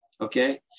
Okay